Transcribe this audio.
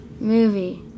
movie